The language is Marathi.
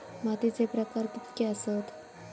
मातीचे प्रकार कितके आसत?